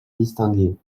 distingués